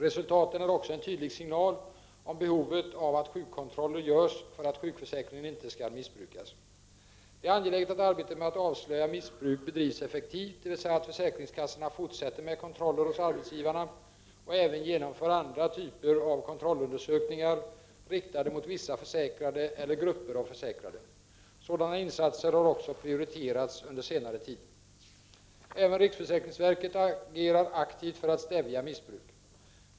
Resultaten är också en tydlig signal om behovet av att sjukkontroller görs för att sjukförsäkringen inte skall missbrukas. Det är angeläget att arbetet med att avslöja missbruk bedrivs effektivt, dvs. att försäkringskassorna fortsätter med kontroller hos arbetsgivarna och även genomför andra typer av kontrollundersökningar riktade mot vissa försäkrade eller grupper av försäkrade. Sådana insatser har också prioriterats under senare tid. 2 Även riksförsäkringsverket agerar aktivt för att stävja missbruk.